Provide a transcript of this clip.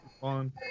fun